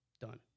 Done